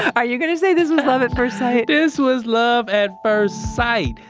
are you gonna say this was love at first sight? this was love at first sight.